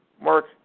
Mark